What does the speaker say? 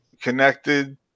connected